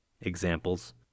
Examples